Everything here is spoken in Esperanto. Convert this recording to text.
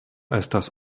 estas